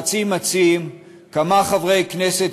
רצים אצים כמה חברי הכנסת,